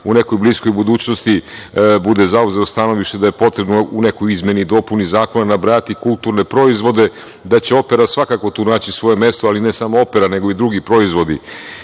u nekoj bliskoj budućnosti bude zauzeo stanovište da je potrebno u nekoj izmeni i dopuni zakona nabrajati kulturne proizvode da će opera svakako tu naći svoje mesto, ali ne samo opera, nego i drugi proizvodi. Opera